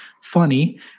funny